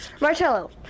Marcello